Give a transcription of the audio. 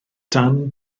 dan